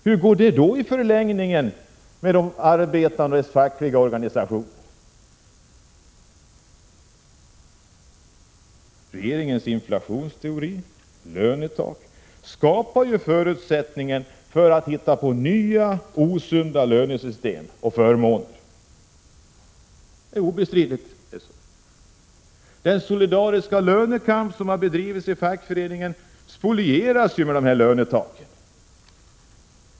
Hur går det i förlängningen med de arbetandes fackliga organisationer? Regeringens inflationsteori med lönetak skapar förutsättningar för att hitta på nya osunda lönesystem och förmåner. Det är obestridligt. Den solidariska lönekamp som har bedrivits i fackföreningen spolieras ju med lönetaken.